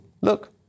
Look